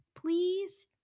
Please